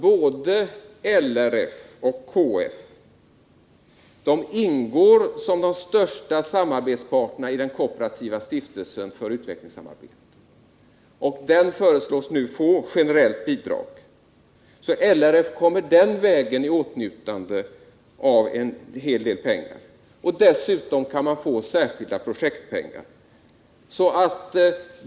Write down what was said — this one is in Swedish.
Både LRF och KF ingår som de största samarbetsparterna i den kooperativa stiftelsen för utvecklingssamarbete. Den föreslås nu få generellt bidrag. LRF kommer därför den vägen i åtnjutande av en hel del pengar. Dessutom kan man få särskilda projektpengar.